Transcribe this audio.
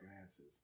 answers